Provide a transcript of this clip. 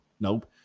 Nope